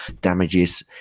damages